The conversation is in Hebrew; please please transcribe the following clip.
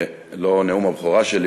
זה לא נאום הבכורה שלי,